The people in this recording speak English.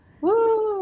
Woo